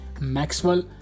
Maxwell